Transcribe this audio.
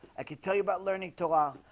i could tell you about learning to laugh.